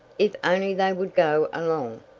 if only they would go along!